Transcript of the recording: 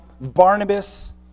Barnabas